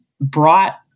Brought